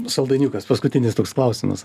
saldainiukas paskutinis toks klausimas